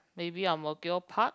maybe Ang-Mo-Kio park